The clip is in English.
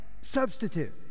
substitute